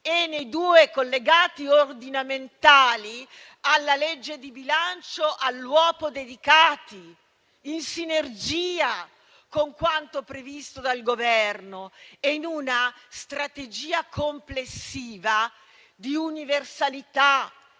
e nei due collegati ordinamentali alla legge di bilancio all'uopo dedicati, in sinergia con quanto previsto dal Governo e in una strategia complessiva di universalità